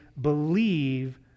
believe